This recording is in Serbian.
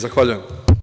Zahvaljujem.